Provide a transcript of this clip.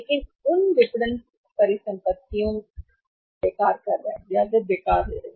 लेकिन उन विपणन परिसंपत्तियों में विपणन परिसंपत्तियां बेकार हो रही हैं